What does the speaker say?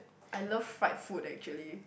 I love fried food actually